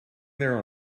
there